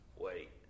wait